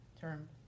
term